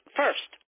first